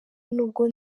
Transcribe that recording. nubwo